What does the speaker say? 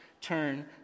turn